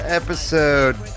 episode